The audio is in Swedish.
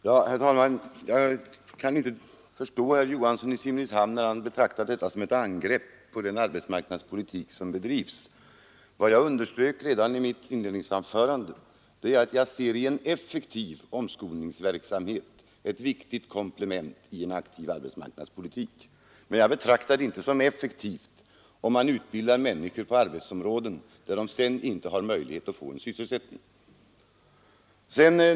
Herr talman! Jag kan inte förstå herr Johansson i Simrishamn när han betraktar mitt inlägg som ett angrepp på den arbetsmarknadspolitik som bedrivs. Vad jag underströk redan i mitt inledningsanförande var att jag ser i en effektiv omskolningsverksamhet ett viktigt komplement till en aktiv arbetsmarknadspolitik. Men jag betraktar det inte som effektivt om man utbildar människor för arbetsområden där de sedan inte har möjlighet att få sysselsättning.